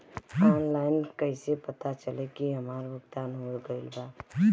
Online कईसे पता चली की हमार भुगतान हो गईल बा?